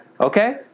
Okay